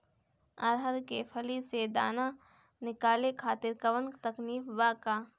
अरहर के फली से दाना निकाले खातिर कवन तकनीक बा का?